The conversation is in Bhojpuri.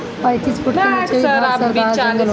पैतीस फुट के नीचे के भाग में सदाबहार जंगल होला